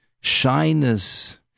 shyness